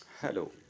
Hello